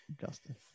Justin